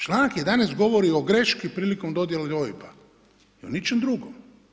Članak 11. govori o greški prilikom dodjele OIB-a i o ničem drugom.